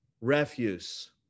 Refuse